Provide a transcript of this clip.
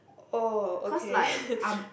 oh okay